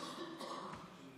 ההצעה להעביר את